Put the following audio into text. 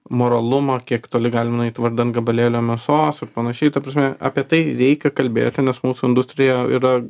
moralumą kiek toli galim nueiti vardan gabalėlio mėsos ir panašiai ta prasme apie tai reikia kalbėti nes mūsų industrija yra